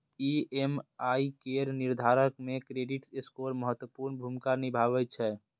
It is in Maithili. ई.एम.आई केर निर्धारण मे क्रेडिट स्कोर महत्वपूर्ण भूमिका निभाबै छै